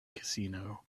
casino